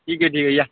ठीक आहे ठीक आहे या